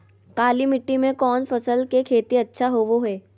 काली मिट्टी में कौन फसल के खेती अच्छा होबो है?